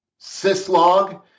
syslog